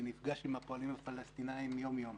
אני נפגש עם הפועלים הפלסטינים יומיום.